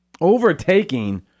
overtaking